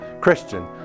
Christian